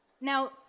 Now